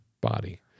body